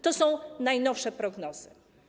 To są najnowsze prognozy.